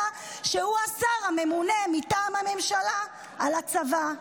שהוא השר הממונה מטעם הממשלה על הצבא.